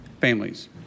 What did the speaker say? families